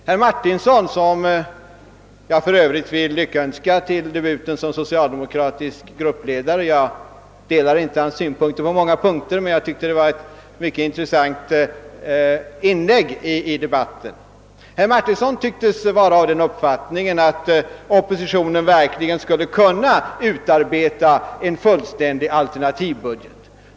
Herr Martinsson — som jag för övrigt vill lyckönska till debuten som socialdemokratisk gruppledare; jag delar inte alltid hans synpunkter, men jag tycker att hans anförande var ett intressant inlägg i debatten — tycktes ha den uppfattningen att oppositionen verkligen skulle kunna utarbeta en fullständig alternativbudget.